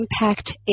Impact